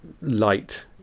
light